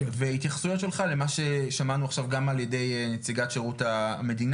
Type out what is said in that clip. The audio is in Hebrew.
והתייחסויות שלך למה ששמענו עכשיו גם על ידי נציגת שירות המדינה,